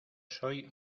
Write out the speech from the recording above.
soy